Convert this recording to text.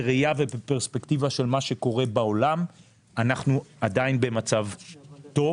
בפרספקטיבה של מה שקורה בעולם אנחנו עדיין במצב טוב,